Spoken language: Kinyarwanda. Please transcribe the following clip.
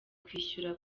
kwishyura